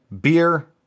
beer